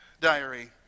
diary